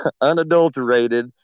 unadulterated